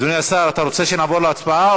אדוני השר, אתה רוצה שנעבור להצבעה,